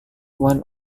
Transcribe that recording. one